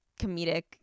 comedic